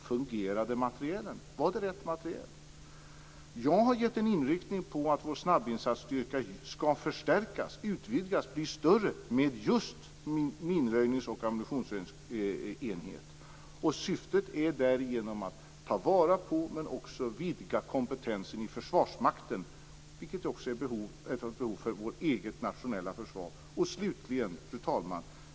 Fungerade materielen? Var det rätt materiel? Jag har angett den inriktningen att vår snabbinsatsstyrka skall förstärkas, utvidgas och bli större genom just en minröjnings och ammunitionsröjningsenhet. Syftet är att ta vara på och vidga kompetensen i Försvarsmakten. Det är också ett behov för vårt eget nationella försvar. Fru talman!